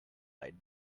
light